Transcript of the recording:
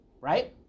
right